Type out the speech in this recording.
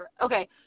Okay